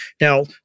Now